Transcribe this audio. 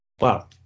Wow